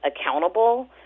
accountable